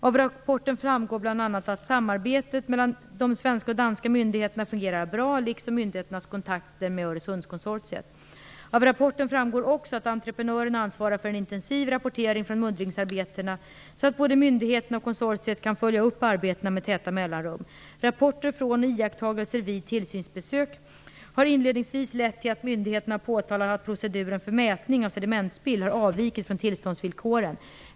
Av rapporten framgår bl.a. att samarbetet mellan de svenska och danska myndigheterna fungerar bra, liksom myndigheternas kontakter med Av rapporten framgår också att entreprenören ansvarar för en intensiv rapportering från muddringsarbetena, så att både myndigheterna och konsortiet kan följa upp arbetena med täta mellanum. Rapporter från och iakttagelser vid tillsynsbesök har inledningsvis lett till att myndigheterna påtalat att proceduren för mätning av sedimentsspill har avvikit från tillståndsvillkoren.